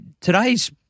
Today's